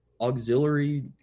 auxiliary